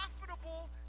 profitable